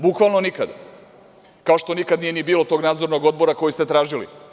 Bukvalno nikada, kao što nikad nije bilo ni tog nadzornog odbora koji ste tražili.